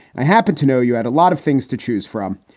i happen to know you had a lot of things to choose from.